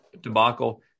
debacle